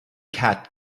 cat